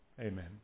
Amen